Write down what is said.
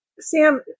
Sam